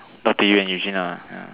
talk to you and Eugene uh ya